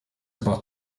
about